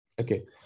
Okay